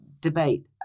debate